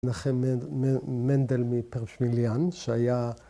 ‫מנחם מנדל מפרשמיליאן, שהיה...